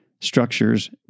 structures